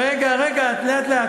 רגע, רגע, לאט-לאט.